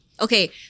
okay